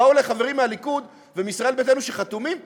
באו אלי חברים מהליכוד ומישראל ביתנו שחתומים פה,